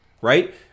right